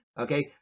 Okay